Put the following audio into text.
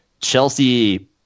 Chelsea